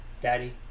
Daddy